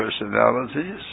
personalities